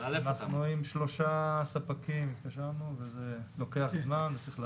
התקשרנו לשלושה ספקים, וזה לוקח זמן, וצריך לאלף.